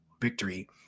victory